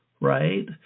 right